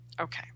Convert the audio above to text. okay